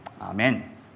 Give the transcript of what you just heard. Amen